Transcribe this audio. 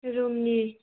रुमनि